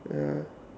ya